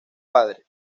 padre